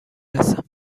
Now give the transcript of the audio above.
رسم